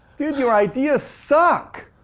dude, your ideas suck.